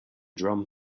drum